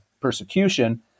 persecution